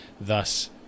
thus